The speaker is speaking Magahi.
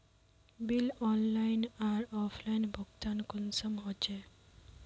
बिल ऑनलाइन आर ऑफलाइन भुगतान कुंसम होचे?